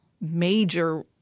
major